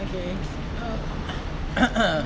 okay